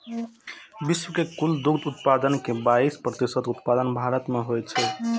विश्व के कुल दुग्ध उत्पादन के बाइस प्रतिशत उत्पादन भारत मे होइ छै